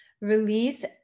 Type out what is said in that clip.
release